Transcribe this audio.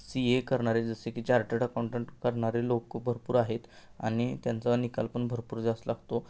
C A करणारे जसे की चार्टड अकाऊंटंट करणारे लोकं भरपूर आहेत आणि त्यांचा निकाल पण भरपूर जास्त लागतो